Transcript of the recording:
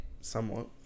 Somewhat